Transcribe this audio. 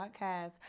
podcast